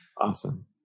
Awesome